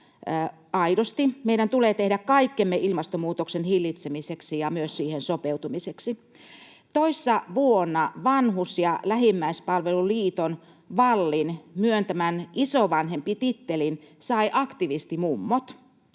meidän tulee tehdä kaikkemme ilmastonmuutoksen hillitsemiseksi ja myös siihen sopeutumiseksi. Toissa vuonna Vanhus- ja lähimmäispalvelun liiton VALLIn myöntämän isovanhempi-tittelin saivat Aktivistimummot,